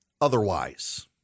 otherwise